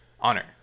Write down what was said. honor